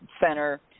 Center